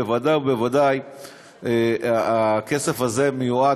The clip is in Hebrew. בוודאי ובוודאי הכסף הזה מיועד,